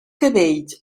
cabells